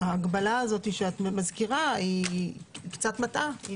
ההגבלה שאת מזכירה, קצת מטעה.